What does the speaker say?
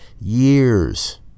years